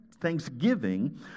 thanksgiving